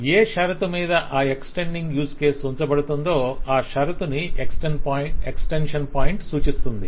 ఏ షరతుమీద ఆ extending use case ఉంచబడుతుందో ఆ షరతుని ఎక్స్టెన్షన్ పాయింట్ సూచిస్తుంది